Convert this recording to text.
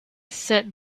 said